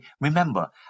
remember